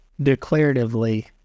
declaratively